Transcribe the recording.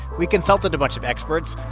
we consulted a bunch of experts.